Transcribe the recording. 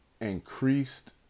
increased